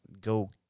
go